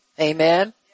Amen